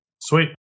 Sweet